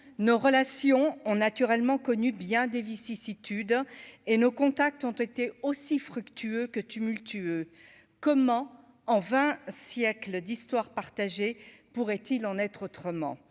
nos relations ont naturellement connu bien des vicissitudes et nos contacts ont été aussi fructueux que tumultueux comment en 20 siècles d'histoire partagée pourrait-il en être autrement